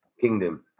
kingdom